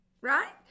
right